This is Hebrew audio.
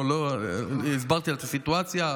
הסברתי לה את הסיטואציה,